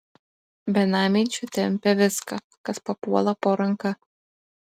benamiai čia tempia viską kas papuola po ranka